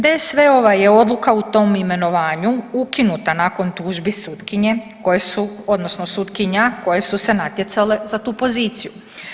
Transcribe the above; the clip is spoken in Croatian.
DSV-ova je odluka u tom imenovanju ukinuta nakon tužbi sutkinje koje su, odnosno sutkinja koje su se natjecale za tu poziciju.